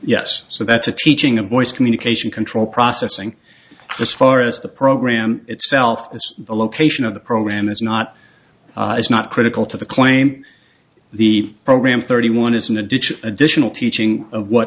yes so that's a teaching of voice communication control processing this far as the program itself the location of the program is not is not critical to the claim the program thirty one is in a ditch additional teaching of what